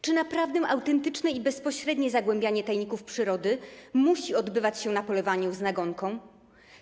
Czy naprawdę autentyczne i bezpośrednie zgłębianie tajników przyrody musi odbywać się na polowaniu z nagonką?